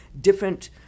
different